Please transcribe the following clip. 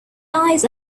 eyes